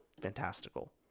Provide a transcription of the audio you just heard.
fantastical